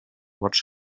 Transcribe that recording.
watch